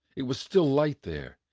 it was still light there.